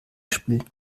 spielen